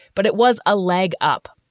but it was a leg up.